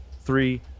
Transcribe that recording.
Three